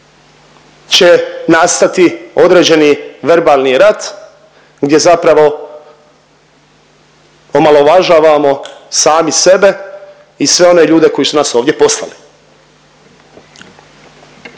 će nastati određeni verbalni rat gdje zapravo omalovažavamo sami sebe i sve one ljude koji su nas ovdje poslali.